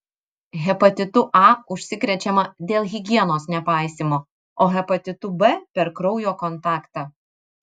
hepatitu a užsikrečiama dėl higienos nepaisymo o hepatitu b per kraujo kontaktą